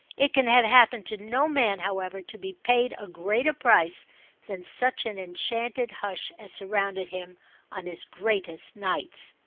it can have happened to no man, however, to be paid a greater price than such an enchanted hush as surrounded him on his greatest nights.